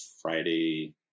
Friday